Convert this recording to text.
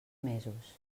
mesos